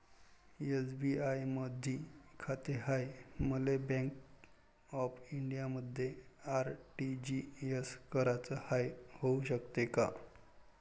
SBI मधी खाते हाय, मले बँक ऑफ इंडियामध्ये आर.टी.जी.एस कराच हाय, होऊ शकते का?